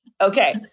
Okay